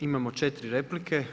Imamo 4 replike.